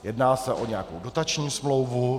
Jedná se o nějakou dotační smlouvu?